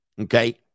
Okay